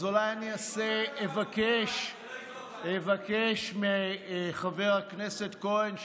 אז אולי אבקש מחבר הכנסת כהן,